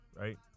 Right